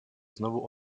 znovu